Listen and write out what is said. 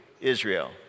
Israel